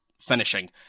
finishing